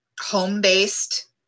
home-based